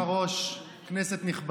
אז חבר הכנסת שלמה קרעי,